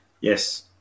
Yes